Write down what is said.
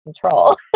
control